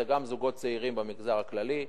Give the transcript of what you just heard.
זה גם זוגות צעירים במגזר הכללי,